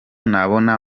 nabona